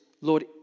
Lord